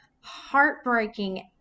heartbreaking